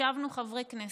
ישבנו חברי כנסת,